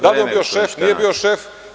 Da li je bio šef, nije bio šef.